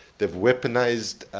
they've weaponized